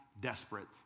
desperate